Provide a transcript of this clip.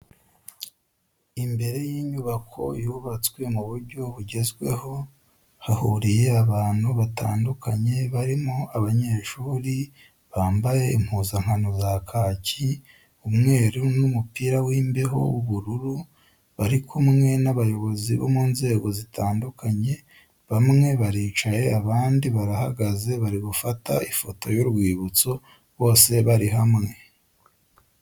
Imbere y'inyubako yubatswe mu buryo bugezweho, hahuriye abantu batandukanye barimo abanyeshuri bambaye impuzankano za kaki, umweru n'umupira w'imbeho w'ubururu, bari kumwe n'abayobozi bo mu nzego zitandukanye, bamwe baricaye abandi barahagaze bari gufata ifoto y'urwibutso, bose bari hamwe.